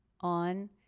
on